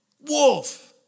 Wolf